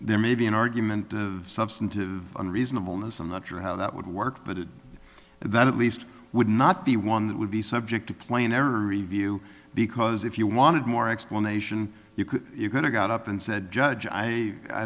there may be an argument substantive and reasonable news i'm not sure how that would work but it that at least would not be one that would be subject to play in error review because if you wanted more explanation you could you could have got up and said judge i i